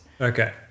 Okay